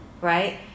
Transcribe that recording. Right